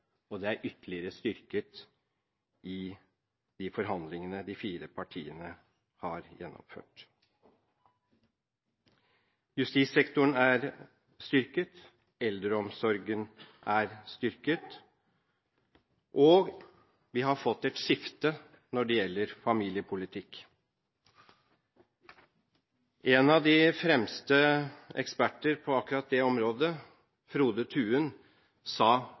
og det er ytterligere styrket i de forhandlingene de fire partiene har gjennomført. Justissektoren er styrket, eldreomsorgen er styrket, og vi har fått et skifte når det gjelder familiepolitikk. En av de fremste ekspertene på akkurat det området, Frode Thuen, sa